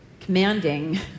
commanding